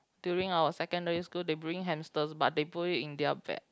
during our secondary school they bring hamsters but they put it in their bag